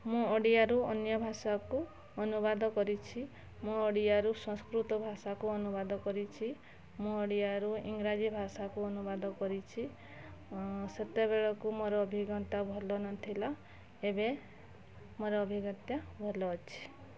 ମୁଁ ଓଡ଼ିଆରୁ ଅନ୍ୟଭାଷାକୁ ଅନୁବାଦ କରିଛି ମୁଁ ଓଡ଼ିଆରୁ ସଂସ୍କୃତ ଭାଷାକୁ ଅନୁବାଦ କରିଛି ମୁଁ ଓଡ଼ିଆରୁ ଇଂରାଜୀ ଭାଷାକୁ ଅନୁବାଦ କରିଛି ସେତବେଳକୁ ମୋର ଅଭିଜ୍ଞତା ଭଲ ନଥିଲା ଏବେ ମୋର ଅଭିଜ୍ଞତା ଭଲ ଅଛି